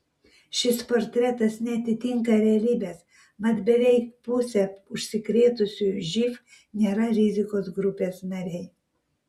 šis portretas neatitinka realybės mat beveik pusė užsikrėtusiųjų živ nėra rizikos grupės nariai